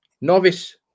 novice